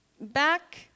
back